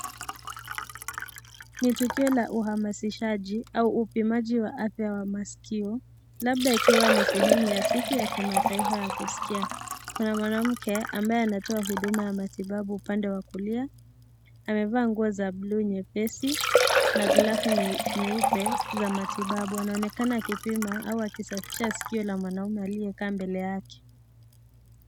Ni tukio la uhamasishaji au upimaji wa afya ya maskio labda ikiwa ni sehemu ya siku ya kimataifa ya kuskia. Kuna mwanamke ambaye anatoa huduma ya matibabu upande wa kulia amevaa nguo za bluu nyepesi na glovu nyeupe za matibabu. Anaonekana akipima au akisafisha sikio la mwanaume aliyekaa mbele yake.